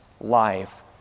life